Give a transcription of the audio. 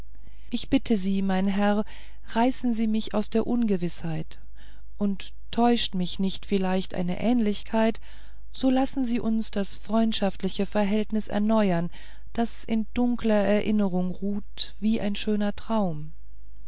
ich bitte sie mein herr reißen sie mich aus der ungewißheit und täuscht mich nicht vielleicht eine ähnlichkeit so lassen sie uns das freundschaftliche verhältnis erneuern das in dunkler erinnerung ruht wie ein schöner traum